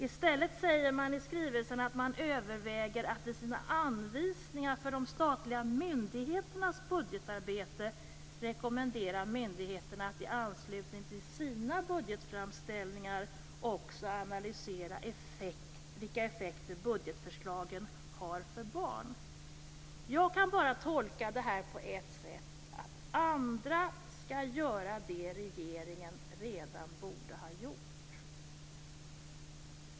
I stället säger man i skrivelsen att man överväger att i sina anvisningar för de statliga myndigheternas budgetarbete rekommendera myndigheterna att i anslutning till sina budgetframställningar också analysera vilka effekter budgetförslagen har för barn. Jag kan bara tolka detta på ett sätt, att andra skall göra det som regeringen redan borde ha gjort.